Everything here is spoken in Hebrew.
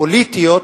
הפוליטיות